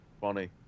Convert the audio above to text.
funny